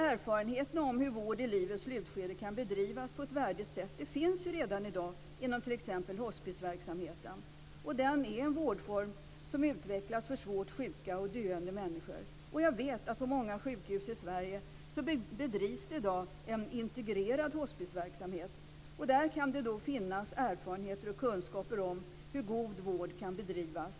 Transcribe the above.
Erfarenheterna av hur vård i livets slutskede kan bedrivas på ett värdigt sätt finns redan i dag inom t.ex. hopspisverksamheten, och den är en vårdform som utvecklas för svårt sjuka och döende människor. Jag vet att det på många sjukhus i Sverige i dag bedrivs en integrerad hospisverksamhet. Där kan det finnas erfarenheter av och kunskaper om hur god vård kan bedrivas.